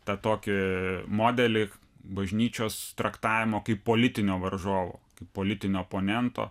tą tokį modelį bažnyčios traktavimo kaip politinio varžovo kaip politinio oponento